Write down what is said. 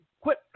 quit